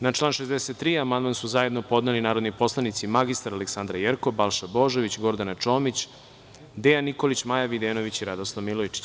Na član 63. amandman su zajedno podneli narodni poslanici mr Aleksandra Jerkov, Balša Božović, Gordana Čomić, Dejan Nikolić, Maja Videnović i Radoslav Milojičić.